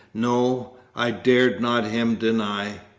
no, i dared not him deny!